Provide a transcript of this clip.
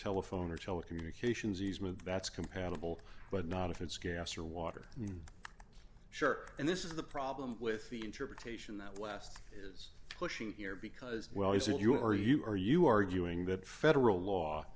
telephone or telecommunications easement that's compatible but not if it's gas or water in the shark and this is the problem with the interpretation that west is pushing here because well is it you are you are you arguing that federal law